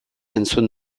entzun